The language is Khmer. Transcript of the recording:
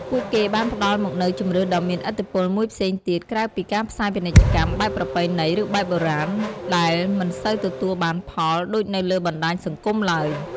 ពួកគេបានផ្ដល់មកនូវជម្រើសដ៏មានឥទ្ធិពលមួយផ្សេងទៀតក្រៅពីការផ្សាយពាណិជ្ជកម្មបែបប្រពៃណីឬបែបបុរាណដែលដែលមិនសូវទទួលបានផលដូចនៅលើបណ្ដាយសង្គមទ្បើយ។